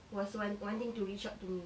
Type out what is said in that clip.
was wan~ wanting to reach out to me